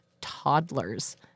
toddlers